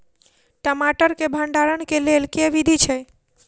टमाटर केँ भण्डारण केँ लेल केँ विधि छैय?